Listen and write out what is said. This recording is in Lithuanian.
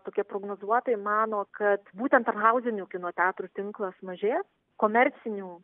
tokie prognozuotojai mano kad būtent arthauzinių kino teatrų tinklas mažės komercinių